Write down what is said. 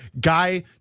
Guy